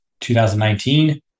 2019